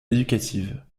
éducatives